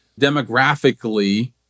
Demographically